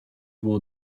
było